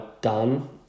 done